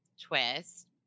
twist